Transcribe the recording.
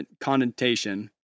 connotation